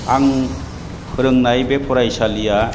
आं फोरोंनाय बे फरायसालिया